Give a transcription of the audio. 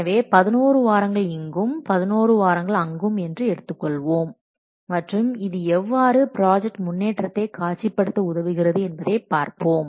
எனவே 11 வாரங்கள் இங்கும் 11 வாரங்கள் அங்கும் என்று எடுத்துக்கொள்வோம் மற்றும் இது எவ்வாறு ப்ராஜெக்ட் முன்னேற்றத்தை காட்சிப்படுத்த உதவுகிறது என்பதை பார்ப்போம்